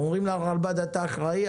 אומרים לרלב"ד: אתה אחראי,